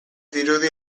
dirudi